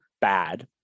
bad